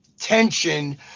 tension